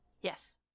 Yes